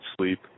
sleep